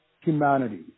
humanity